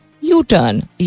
U-turn